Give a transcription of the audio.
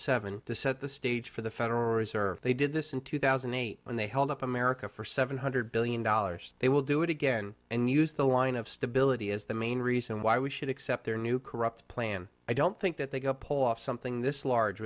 seven to set the stage for the federal reserve they did this in two thousand and eight when they held up america for seven hundred billion dollars they will do it again and use the line of stability as the main reason why we should accept their new corrupt plan i don't think that they go pull off something this large